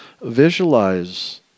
visualize